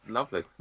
Lovely